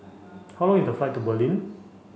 how long is the flight to Berlin